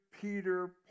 Peter